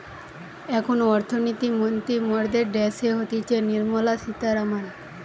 এখন অর্থনীতি মন্ত্রী মরদের ড্যাসে হতিছে নির্মলা সীতারামান